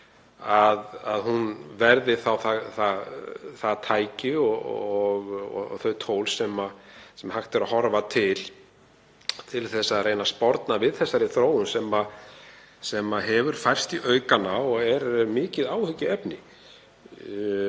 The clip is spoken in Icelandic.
verði það tæki sem hægt er að horfa til til að reyna að sporna við þeirri þróun sem hefur færst í aukana og er mikið áhyggjuefni.